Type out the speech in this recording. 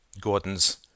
Gordon's